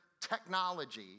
technology